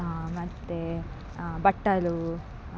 ಮತ್ತು ಬಟ್ಟಲು